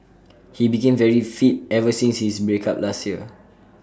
he became very fit ever since his break up last year